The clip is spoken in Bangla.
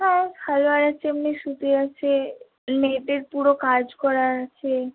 হ্যাঁ সালোয়ার আছে এমনি সুতি আছে মেয়েদের পুরো কাজ করা আছে